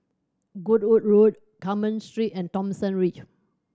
Goodwood Road Carmen Street and Thomson Ridge